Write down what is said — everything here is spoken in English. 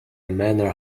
manor